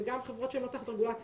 וגם חברות שלא תחת רגולציה.